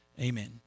Amen